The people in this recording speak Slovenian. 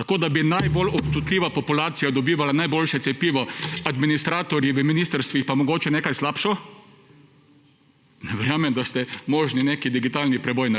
tako da bi najbolj občutljiva populacija dobivala najboljše cepivo, administratorji v ministrstvih pa mogoče nekaj slabše, ne verjamem, da ste zmožni narediti digitalni preboj.